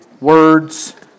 words